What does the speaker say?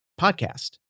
podcast